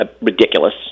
ridiculous